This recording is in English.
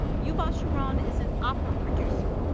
yuval sharon is an opera producer